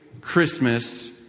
Christmas